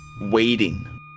Waiting